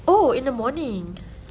oh in the morning